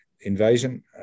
invasion